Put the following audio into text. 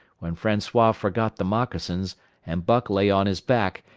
when francois forgot the moccasins and buck lay on his back,